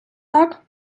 так